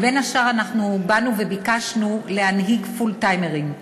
ובין השאר באנו וביקשנו להנהיג פול-טיימרים.